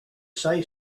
say